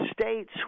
states